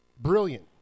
Brilliant